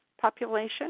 population